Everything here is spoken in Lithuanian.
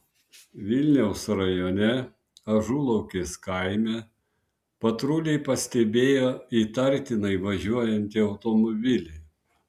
vilniaus rajone ažulaukės kaime patruliai pastebėjo įtartinai važiuojantį automobilį